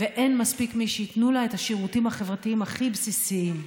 ואין מספיק מי שייתנו לה את השירותים החברתיים הכי בסיסיים.